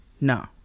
no